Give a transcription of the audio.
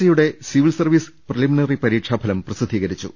സിയുടെ civil service preliminary പരീക്ഷാ ഫലം പ്രസിദ്ധീകരിച്ചു